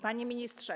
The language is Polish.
Panie Ministrze!